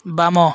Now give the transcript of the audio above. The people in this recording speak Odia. ବାମ